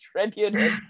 contributed